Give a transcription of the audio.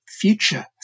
future